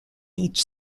each